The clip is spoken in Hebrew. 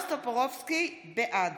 בעד